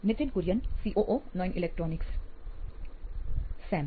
Nithin Kurian COO Nine Electronics same